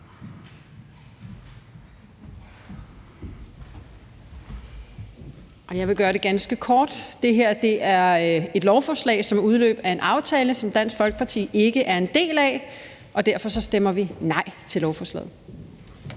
Jeg vil gøre det ganske kort. Det her er et lovforslag, som udløb af en aftale, som Dansk Folkeparti ikke er en del af, og derfor stemmer vi nej til lovforslaget.